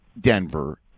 Denver